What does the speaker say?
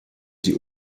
die